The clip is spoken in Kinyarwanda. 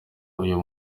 uyu